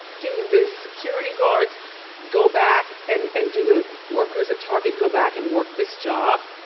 do the security guards go back and and do the workers at target go back and work this job?